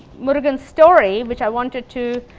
murugan's story, which i wanted to